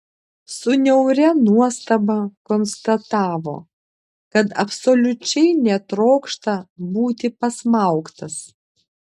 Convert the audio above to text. su niauria nuostaba konstatavo kad absoliučiai netrokšta būti pasmaugtas